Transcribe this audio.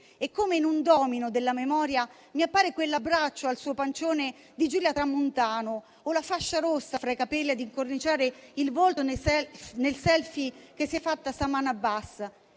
Come in un domino della memoria, mi appare quell'abbraccio al suo pancione di Giulia Tramontano o la fascia rossa fra i capelli ad incorniciare il volto nel *selfie* che si è fatta Saman Abbas: